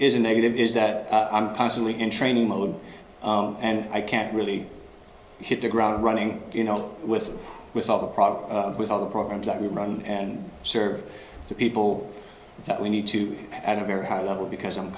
is negative is that i'm constantly in training mode and i can't really hit the ground running you know with with all the product with all the programs that we run and serve the people that we need to at a very high level because i'm